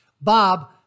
Bob